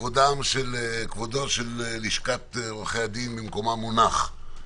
כבודה של לשכת עורכי הדין במקומה מונח.